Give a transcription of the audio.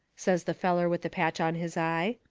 says the feller with the patch on his eye.